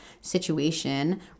situation